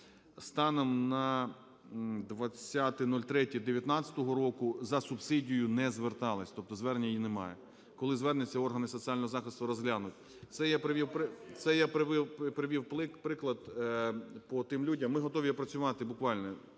Станом на 20.03.2019 року за субсидією не зверталась, тобто звернення її немає. Коли звернеться, органи соціального захисту розглянуть. Це я привів приклад по тим людям… Ми готові опрацювати буквально